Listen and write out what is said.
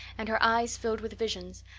and her eyes filled with visions,